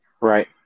Right